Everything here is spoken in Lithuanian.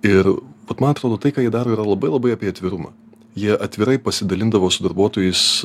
ir vat man atrodo tai ką jie daro yra labai labai apie atvirumą jie atvirai pasidalindavo su darbuotojais